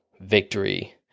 victory